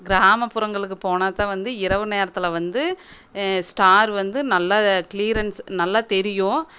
கிராமப்புறங்களுக்கு போனால்தான் வந்து இரவு நேரத்தில் வந்து ஸ்டார் வந்து நல்லா கிளீரென்ஸ் நல்லா தெரியும்